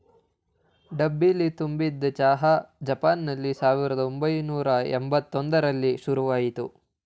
ಡಬ್ಬಿಲಿ ತುಂಬಿದ್ ಚಹಾ ಜಪಾನ್ನಲ್ಲಿ ಸಾವಿರ್ದ ಒಂಬೈನೂರ ಯಂಬತ್ ಒಂದ್ರಲ್ಲಿ ಶುರುಆಯ್ತು